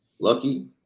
Lucky